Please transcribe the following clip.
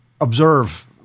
observe